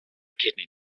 kidney